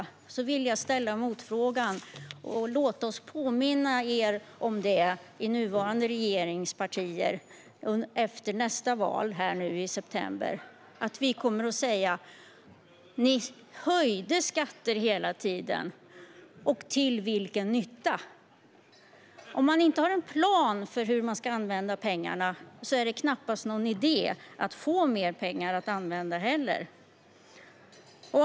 Jag vill då ställa en motfråga och påminna nuvarande regeringspartier om att vi efter nästa val i september kommer att säga: Ni höjde skatter hela tiden, och till vilken nytta gjorde ni det? Om man inte har en plan för hur man ska använda pengarna är det knappast någon idé att få mer pengar att använda. Herr talman!